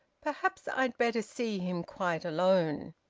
perhaps i'd better see him quite alone.